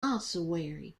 ossuary